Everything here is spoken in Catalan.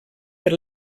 per